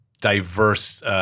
diverse –